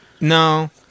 No